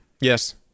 Yes